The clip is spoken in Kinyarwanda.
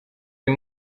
uyu